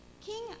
King